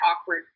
awkward